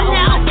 now